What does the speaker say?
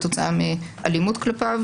כתוצאה מאלימות כלפיו,